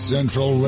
Central